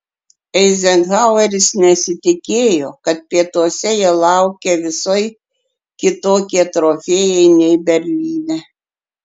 eizenhaueris nesitikėjo kad pietuose jo laukia visai kitokie trofėjai nei berlyne